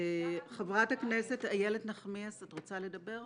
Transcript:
חברת הכנסת איילת נחמיאס, את רוצה לדבר?